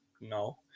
no